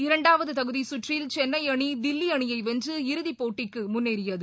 இரண்டாவது தகுதி கற்றில் சென்னை அணி தில்லி அணியை வென்று இறுதி போட்டிக்கு முன்னேறியது